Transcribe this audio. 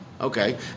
Okay